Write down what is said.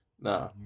Nah